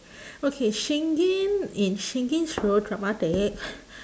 okay shingen in shingen's route dramatic